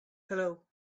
hello